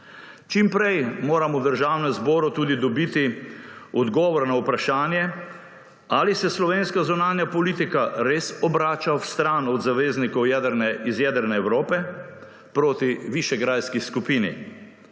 Čim prej moramo v Državnem zboru tudi dobiti odgovor na vprašanje ali se slovenska zunanja politika res obrača stran od zaveznikov iz jedrne Evrope proti Višegrajski skupini.